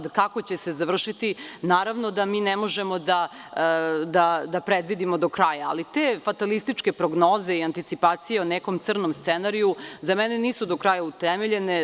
To kako će se završiti naravno da mi ne možemo da predvidimo do kraja, ali te fatalističke prognoze i anticipacije o nekom crnom scenariju za mene nisu do kraja utemeljene.